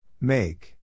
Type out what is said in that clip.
Make